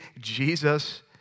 Jesus